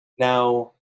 Now